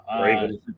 Raven